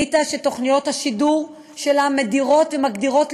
אליטה שתוכניות השידור שלה מדירות ומגדירות